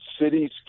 cities